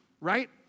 right